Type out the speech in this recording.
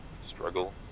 struggle